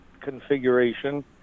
configuration